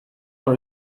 dans